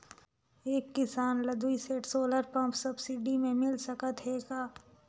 एक किसान ल दुई सेट सोलर पम्प सब्सिडी मे मिल सकत हे का?